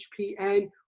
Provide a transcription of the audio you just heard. HPN